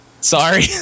Sorry